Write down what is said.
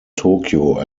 tokyo